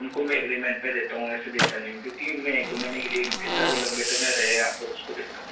उनको मैं एग्रीमेंट पे देता हूँ ऐसे देता नहीं हूँ क्योंकि मैं एक दो महीने के लिए नहीं देता जो लंबे समय रहे यहाँ पर उसको देता हूँ